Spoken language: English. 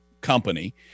company